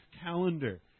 calendar